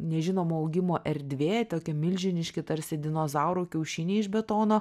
nežinomo augimo erdvė tokie milžiniški tarsi dinozaurų kiaušiniai iš betono